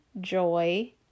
joy